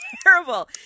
terrible